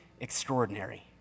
extraordinary